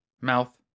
Mouth